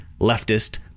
leftist